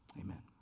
amen